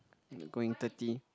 going thirty